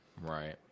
Right